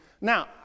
Now